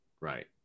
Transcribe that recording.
Right